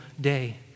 day